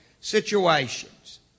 situations